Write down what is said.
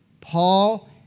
Paul